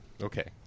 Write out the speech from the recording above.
Okay